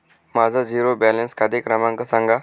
माझा zero balance खाते क्रमांक सांगा